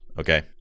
Okay